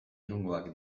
irungoak